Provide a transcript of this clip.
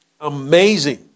Amazing